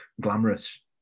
glamorous